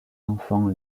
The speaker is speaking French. enfant